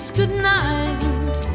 goodnight